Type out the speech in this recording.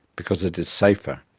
because it is safer.